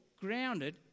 grounded